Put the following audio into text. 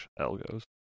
Algos